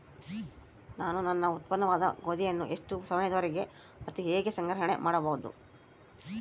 ನಾನು ನನ್ನ ಉತ್ಪನ್ನವಾದ ಗೋಧಿಯನ್ನು ಎಷ್ಟು ಸಮಯದವರೆಗೆ ಮತ್ತು ಹೇಗೆ ಸಂಗ್ರಹಣೆ ಮಾಡಬಹುದು?